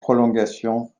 prolongation